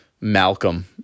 Malcolm